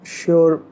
sure